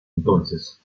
entonces